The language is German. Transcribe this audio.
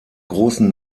großen